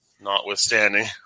notwithstanding